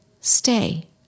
stay